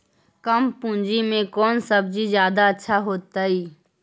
कम पूंजी में कौन सब्ज़ी जादा अच्छा होतई?